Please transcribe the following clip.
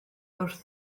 wrth